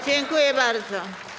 Dziękuję bardzo.